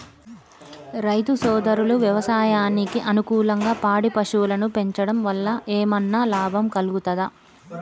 రైతు సోదరులు వ్యవసాయానికి అనుకూలంగా పాడి పశువులను పెంచడం వల్ల ఏమన్నా లాభం కలుగుతదా?